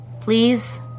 Please